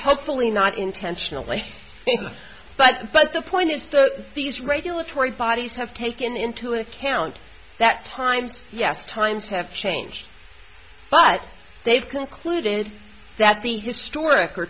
hopefully not intentionally but but the point is that these regulatory bodies have taken into account that times yes times have changed but they've concluded that the historic